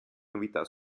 novità